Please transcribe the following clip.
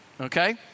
okay